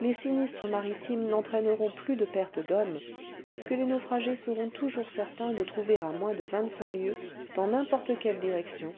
les sinistres maritimes n'entraîneront plus de pertes d'hommes puisque les naufragés seront toujours certains de trouver à moins de vingt-cinq lieues dans n'importe quelle direction